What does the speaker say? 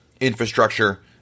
infrastructure